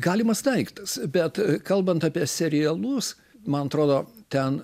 galimas daiktas bet kalbant apie serialus man atrodo ten